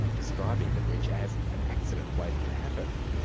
describing the bridge as an accident waiting to happen.